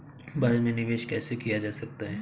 भारत में निवेश कैसे किया जा सकता है?